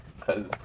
cause